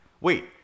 wait